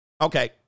Okay